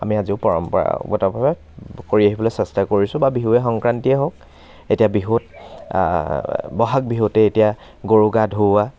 আমি আজিও পৰম্পৰাগতভাৱে কৰি আহিবলৈ চেষ্টা কৰিছোঁ বা বিহুৱে সংক্ৰান্তিয়ে হওক এতিয়া বিহুত বহাগ বিহুতেই এতিয়া গৰু গা ধোওৱা